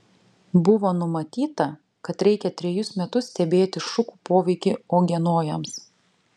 buvo numatyta kad reikia trejus metus stebėti šukų poveikį uogienojams